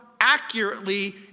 accurately